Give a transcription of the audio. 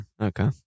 okay